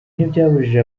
ntibyabujije